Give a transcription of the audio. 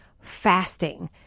Fasting